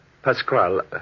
Pascual